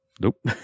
Nope